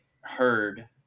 heard